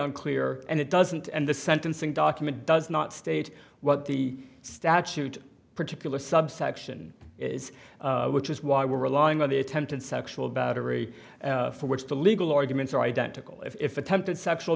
unclear and it doesn't and the sentencing document does not state what the statute particular subsection is which is why we're relying on the attempted sexual battery for which the legal arguments are identical if attempted sexual